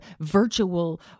virtual